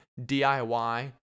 DIY